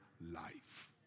life